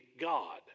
God